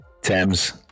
Thames